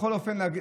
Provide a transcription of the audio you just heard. בכל אופן,